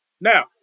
Now